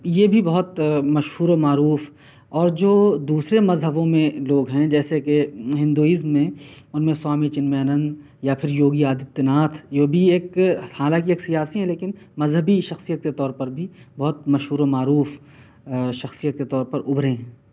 یہ بھی بہت مشہور و معروف اور جو دوسرے مذہبوں میں لوگ ہیں جیسے کہ ہندوازم میں اُن میں سوامی چنمیانند یا پھر یوگی آدتیہ ناتھ یہ بھی ایک حالانکہ ایک سیاسی ہیں لیکن مذہبی شخصیت کے طور پر بھی بہت مشہور و معروف شخصیت کے طور پر اُبھرے ہیں